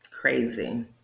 Crazy